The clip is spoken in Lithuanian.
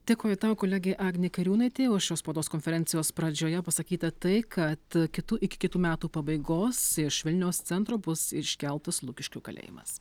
dėkoju tau kolegė agnė kairiūnaitė o šios spaudos konferencijos pradžioje pasakyta tai kad kitų iki kitų metų pabaigos iš vilniaus centro bus iškeltas lukiškių kalėjimas